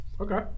Okay